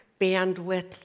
bandwidth